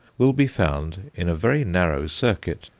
will be found in a very narrow circuit.